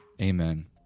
Amen